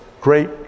great